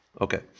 Okay